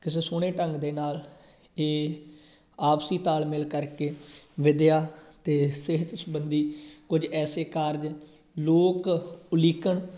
ਕਿਸੇ ਸੋਹਣੇ ਢੰਗ ਦੇ ਨਾਲ ਇਹ ਆਪਸੀ ਤਾਲਮੇਲ ਕਰਕੇ ਵਿਦਿਆ ਅਤੇ ਸਿਹਤ ਸਬੰਧੀ ਕੁਝ ਐਸੇ ਕਾਰਜ ਲੋਕ ਉਲੀਕਣ